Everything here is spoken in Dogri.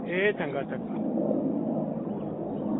एह् चंगा चंगा